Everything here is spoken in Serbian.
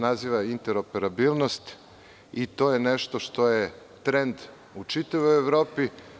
naziva interoperabilnost i to je nešto što je trend u čitavoj Evropi.